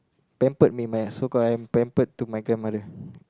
pampered me my so called I am pampered to my grandmother